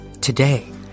today